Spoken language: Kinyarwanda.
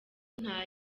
nta